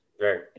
right